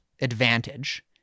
advantage